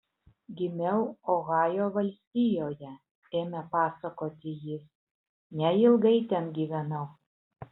gimiau ohajo valstijoje ėmė pasakoti jis neilgai ten gyvenau